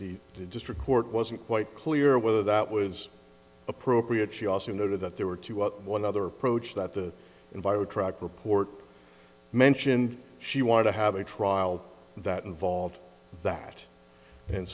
the district court wasn't quite clear whether that was appropriate she also noted that there were two other one other approach that the invited track report mentioned she wanted to have a trial that involved that and